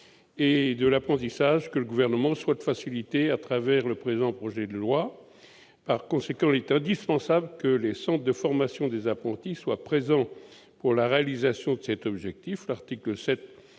et l'apprentissage, que le Gouvernement souhaite faciliter à travers le présent projet de loi. Il est indispensable que les centres de formation d'apprentis soient présents pour la réalisation de cet objectif. L'article 7